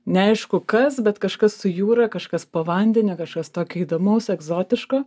neaišku kas bet kažkas su jūra kažkas po vandeniu kažkas tokio įdomaus egzotiško